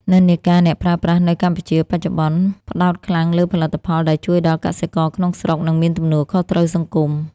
និន្នាការអ្នកប្រើប្រាស់នៅកម្ពុជាបច្ចុប្បន្ន ផ្ដោតខ្លាំងលើផលិតផលដែលជួយដល់កសិករក្នុងស្រុក និងមានទំនួលខុសត្រូវសង្គម។